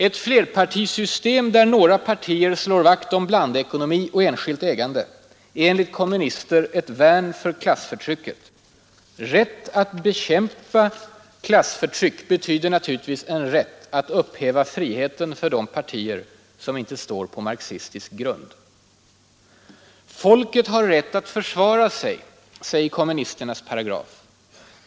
Ett flerpartisystem där några partier slår vakt om blandekonomi och enskilt ägande är enligt kommunister ett värn för klassförtrycket — rätt att bekämpa ”klassförtryck” betyder naturligtvis en rätt att upphäva friheten för partier som inte står på marxistisk grund. ”Folket har rätt att försvara sig =", säger kommunisternas paragraf.